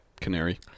Canary